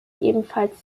ebenfalls